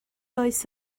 oes